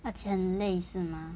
而且很累是吗